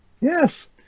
Yes